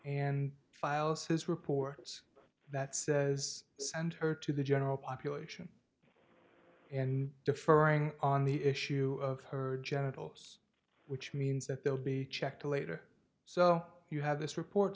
and files his reports that says send her to the general population and deferring on the issue of her genitals which means that they'll be checked later so you have this report